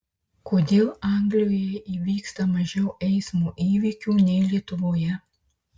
kodėl anglijoje įvyksta mažiau eismo įvykių nei lietuvoje